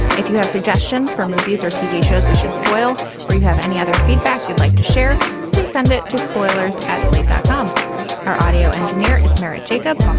if you have suggestions for movies or tv shows, we should spoil you. have any other feedback you'd like to share? please send it to spoilers at slate that um our audio engineer is married. jacob.